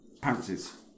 Pounces